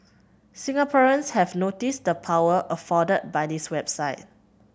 Singaporeans have noticed the power afforded by this website